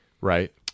right